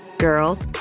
Girl